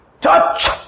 Touch